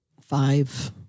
five